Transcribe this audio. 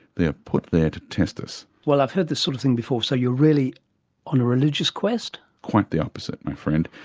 they are put there to test us. i've heard this sort of thing before. so you're really on a religious quest? quite the opposite, my friend.